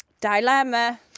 Dilemma